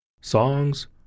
Songs